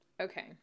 Okay